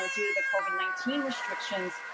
due to the covid nineteen restrictions.